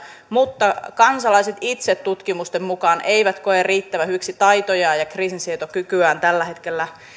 mutta kansalaiset eivät tutkimusten mukaan itse koe riittävän hyviksi taitojaan ja kriisinsietokykyään tällä hetkellä